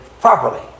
properly